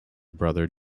brother